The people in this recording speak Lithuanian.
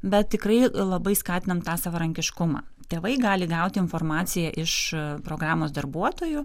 bet tikrai labai skatinam tą savarankiškumą tėvai gali gauti informaciją iš programos darbuotojų